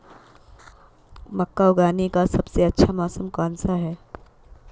मक्का उगाने का सबसे अच्छा मौसम कौनसा है?